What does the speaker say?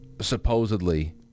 supposedly